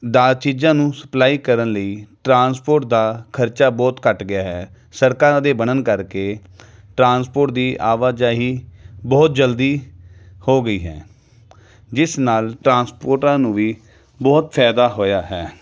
ਦਾ ਚੀਜ਼ਾਂ ਨੂੰ ਸਪਲਾਈ ਕਰਨ ਲਈ ਟਰਾਂਸਪੋਰਟ ਦਾ ਖਰਚਾ ਬਹੁਤ ਘੱਟ ਗਿਆ ਹੈ ਸੜਕਾਂ ਦੇ ਬਣਨ ਕਰਕੇ ਟਰਾਂਸਪੋਰਟ ਦੀ ਆਵਾਜਾਈ ਬਹੁਤ ਜਲਦੀ ਹੋ ਗਈ ਹੈ ਜਿਸ ਨਾਲ ਟ੍ਰਾਂਪੋਰਟਰਾਂ ਨੂੰ ਵੀ ਬਹੁਤ ਫਾਇਦਾ ਹੋਇਆ ਹੈ